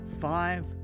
five